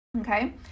Okay